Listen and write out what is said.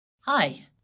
Hi